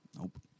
Nope